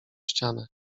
ścianę